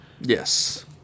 Yes